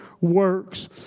works